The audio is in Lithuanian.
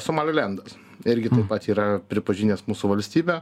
somalilendas irgi taip pat yra pripažinęs mūsų valstybę